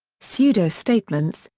pseudo-statements,